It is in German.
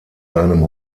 seinem